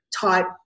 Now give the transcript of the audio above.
type